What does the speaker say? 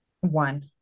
One